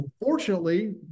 Unfortunately